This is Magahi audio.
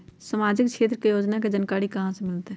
सामाजिक क्षेत्र के योजना के जानकारी कहाँ से मिलतै?